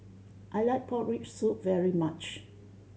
I like pork rib soup very much